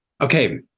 Okay